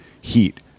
heat